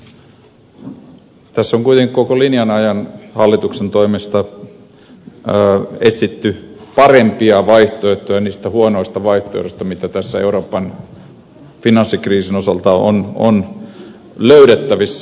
tässä on kuitenkin koko linjan ajan hallituksen toimesta etsitty parempia vaihtoehtoja niistä huonoista vaihtoehdoista joita euroopan finanssikriisin osalta on löydettävissä